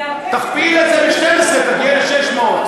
תכפיל את זה ב-12 תגיע ל-600.